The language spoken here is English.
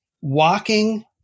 walking